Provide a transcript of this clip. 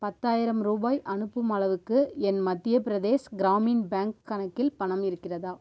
பத்தாயிரம் ரூபாய் அனுப்பும் அளவுக்கு என் மத்திய பிரதேஷ் கிராமின் பேங்க் கணக்கில் பணம் இருக்கிறதா